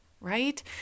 right